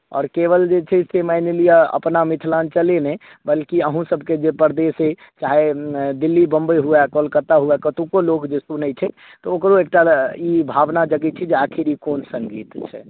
आओर केवल जे छै से मानि लिअ अपना मिथिलाञ्चले नहि बल्कि अहूँसभके जे प्रदेश अइ चाहे दिल्ली बम्बई हुए कलकत्ता हुए कतुको लोक जे सुनैत छै तऽ ओकरो एकटा ई भावना जगैत छै जे आखिर ई कोन सङ्गीत छै